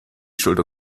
schulter